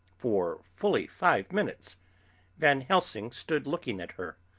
for fully five minutes van helsing stood looking at her,